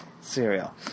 cereal